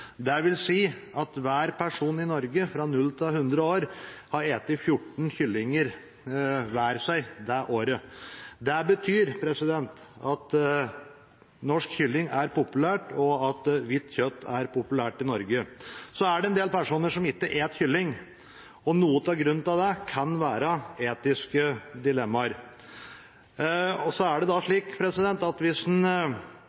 at hver person i Norge fra 0–100 år har spist 14 kyllinger hver dette året. Det betyr at norsk kylling er populær og at hvitt kjøtt er populært i Norge. Det er en del personer som ikke spiser kylling. Noe av grunnen til det kan være etiske dilemmaer. Det er slik at hvis mange nok velger å ikke spise et produkt, er det